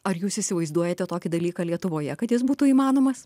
ar jūs įsivaizduojate tokį dalyką lietuvoje kad jis būtų įmanomas